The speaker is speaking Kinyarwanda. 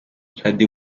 shaddy